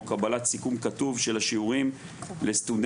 או קבלת סיכום כתוב של השיעורים לסטודנטים